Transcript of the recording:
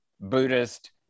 Buddhist